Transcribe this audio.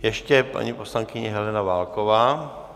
Ještě paní poslankyně Helena Válková.